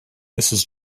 mrs